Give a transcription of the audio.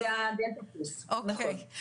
זה הדלתא פלוס, נכון.